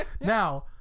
Now